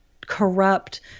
corrupt